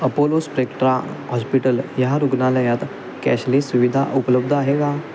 Apollo Spectra hospital ह्या रुग्णालयात cashless सुविधा उपलब्ध आहे का